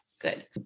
Good